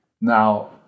Now